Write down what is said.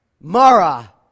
Mara